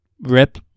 rip